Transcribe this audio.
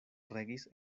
regis